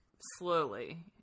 slowly